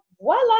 voila